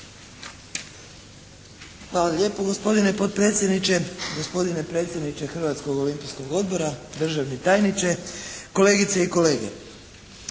Hvala lijepo gospodine potpredsjedniče, gospodine predsjedniče Hrvatskog olimpijskog odbora, državni tajniče, kolegice i kolege.